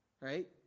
right